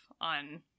on